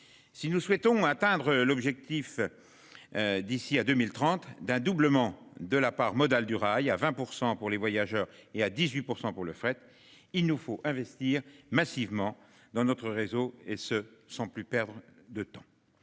Si nous souhaitons atteindre l'objectif. D'ici à 2030 d'un doublement de la part modale du rail à 20% pour les voyageurs et à 18% pour le fret. Il nous faut investir massivement dans notre réseau et ce sans plus perdre de temps.